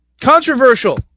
Controversial